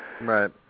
Right